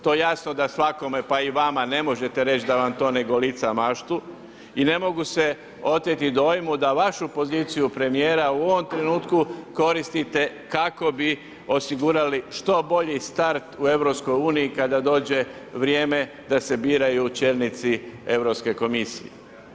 To je jasno da svakome, pa i vama ne možete reći da vam to ne golica maštu i ne mogu se oteti dojmu da vašu poziciju premijera u ovom trenutku koristite kako bi osigurali što bolji start u EU kada dođe vrijeme da se biraju čelnici Europske komisije.